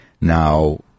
Now